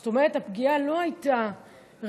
זאת אומרת, הפגיעה הפיזית לא הייתה רק